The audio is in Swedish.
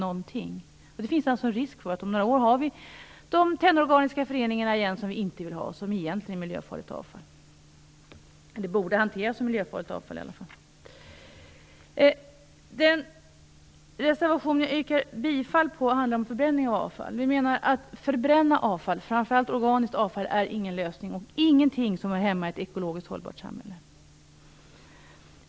Risken finns alltså att vi om några år återigen har de tennorganiska föreningar som vi inte vill ha och som egentligen är miljöfarligt avfall. Åtminstone borde de hanteras som miljöfarligt avfall. Reservation nr 6 om förbränning av avfall yrkar jag bifall till. Förbränning framför allt av organiskt avfall är ingen lösning. Det är inte något som hör hemma i ett ekologiskt hållbart samhälle.